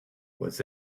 was